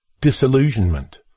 Disillusionment